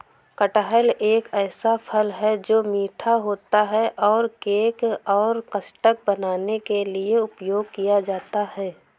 कटहल एक ऐसा फल है, जो मीठा होता है और केक और कस्टर्ड बनाने के लिए उपयोग किया जाता है